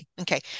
okay